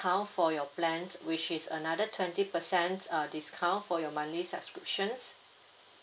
for your plans which is another twenty percent err discount for your monthly subscriptions